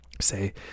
say